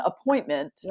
appointment